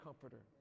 comforter